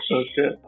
okay